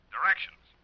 Directions